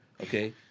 Okay